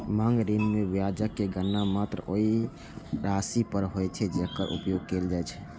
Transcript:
मांग ऋण मे ब्याजक गणना मात्र ओइ राशि पर होइ छै, जेकर उपयोग कैल जाइ छै